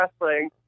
wrestling